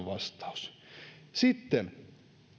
vastaus sitten